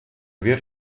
wird